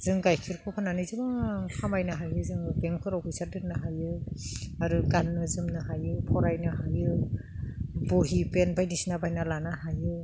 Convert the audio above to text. जों गाइखेरखौ फाननानै जेमान खामायनो हायो जोङो बेंकफोराव फैसा दोननो हायो आरो गाननो जोमनो हायो फरायनो हायो बहि पेन बायदिसिना बायना लानो हायो